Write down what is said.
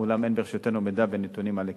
אולם אין ברשותנו מידע ונתונים על היקפה.